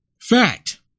fact